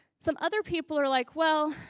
some other people are like, well,